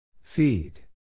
Feed